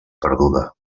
perduda